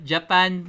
Japan